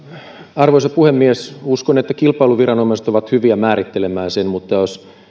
arvoisa puhemies uskon että kilpailuviranomaiset ovat hyviä määrittelemään sen mutta jos